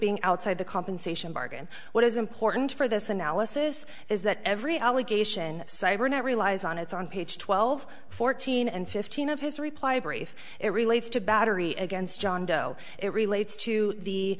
being outside the compensation bargain what is important for this analysis is that every allegation cybernet relies on it's on page twelve fourteen and fifteen of his reply brief it relates to battery against john doe it relates to the